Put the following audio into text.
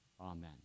Amen